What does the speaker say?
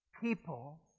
people